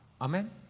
Amen